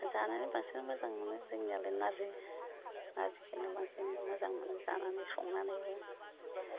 जानानै बांसिन मोजां मोनो जोंनियालाय नारजि नारजिखौनो बांसिन मोजां मोनो जानानै संनानैबो